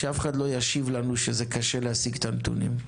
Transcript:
ושאף אחד לא ישיב לנו שזה קשה להשיג את הנתונים.